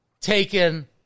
taken